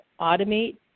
automate